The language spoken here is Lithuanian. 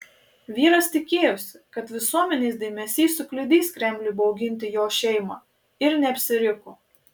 vyras tikėjosi kad visuomenės dėmesys sukliudys kremliui bauginti jo šeimą ir neapsiriko